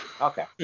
Okay